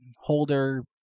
holder